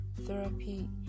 therapy